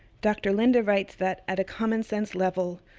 dr. linda writes that, at a common sense level,